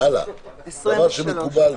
דבר שמקובל.